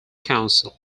council